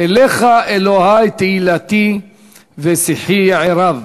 "אליך אלוהי תהילתי ושיחי יערב,